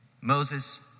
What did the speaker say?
Moses